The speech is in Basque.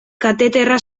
kateterra